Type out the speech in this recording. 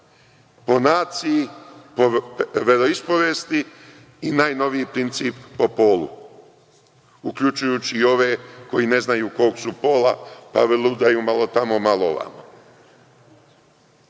po naciji, po veroispovesti i najnoviji princip po polu, uključujući i ove koji ne znaju kog su pola, pa lelujaju malo tamo, malo ovamo. Dakle,